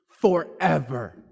forever